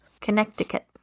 Connecticut